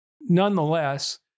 nonetheless